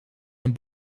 een